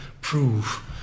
Prove